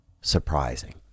surprising